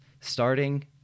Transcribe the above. starting